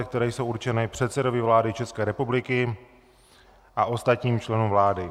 které jsou určeny předsedovi vlády České republiky a ostatním členům vlády.